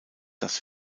das